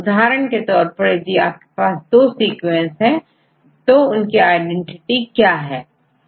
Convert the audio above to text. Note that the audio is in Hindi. उदाहरण के तौर पर यदि आपके पास दो सीक्वेंस है तो इनकी आईडेंटिटी क्या है